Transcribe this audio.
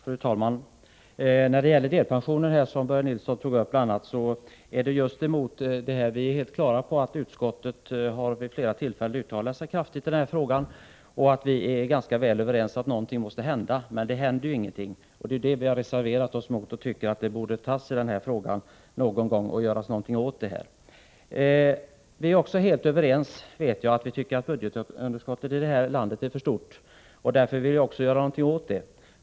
Fru talman! När det gäller delpensionen, som Börje Nilsson tog upp, är vi helt på det klara med att utskottet vid flera tillfällen har uttalat sig på ett kraftfullt sätt i denna fråga. Vi är ganska överens om att något måste hända, men ingenting händer. Vår reservation handlar om att något måste göras åt detta. Vi är också helt överens om att budgetunderskottet i det här landet är för stort och att vi måste göra något åt det.